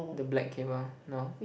the black cable no